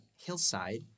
hillside